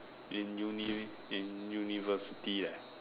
in uni in university leh